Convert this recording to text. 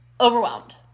overwhelmed